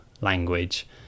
language